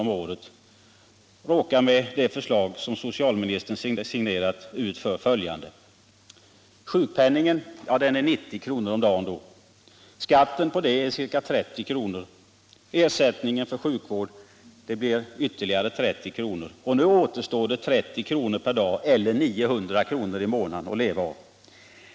om året, råkar enligt det förslag som socialministern signerat ut för följande: Sjukpenningen är 90 kr. om dagen. Skatten på det är ca 30 kr. och ersättningen för sjukvård blir ytterligare 30 kr. Nu återstår 30 kr. per dag eller 900 kr. i månaden att leva av.